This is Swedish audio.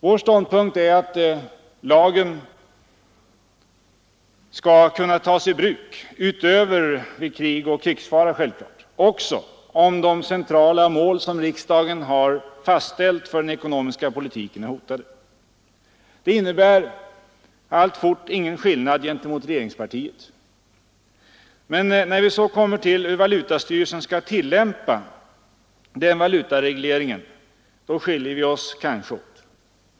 Vår ståndpunkt är att lagen skall kunna tas i bruk utom vid krig och krigsfara också om de centrala mål som riksdagen har ställt för den ekonomiska politiken är hotade. Det innebär alltfort ingen skillnad gentemot regeringspartiet. Men när vi kommer till hur valutastyrelsen skall tillämpa valutaregleringen skiljer vi oss kanske åt.